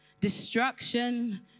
Destruction